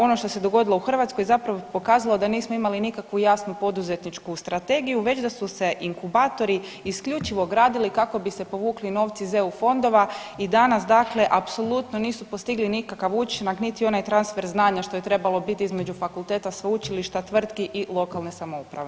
Ono što se dogodilo u Hrvatskoj zapravo pokazalo da nismo imali nikakvu jasnu poduzetničku strategiju već da su se inkubatori isključivo gradili kako bi se povukli novci iz EU fondova i danas dakle apsolutno nisu postigli nikakav učinak niti onaj transfer znanja što je trebalo biti između fakulteta, sveučilišta, tvrtki i lokalne samouprave.